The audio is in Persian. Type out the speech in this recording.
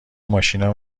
ماشینا